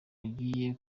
agiye